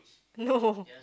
no